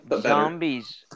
zombies